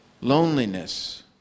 Loneliness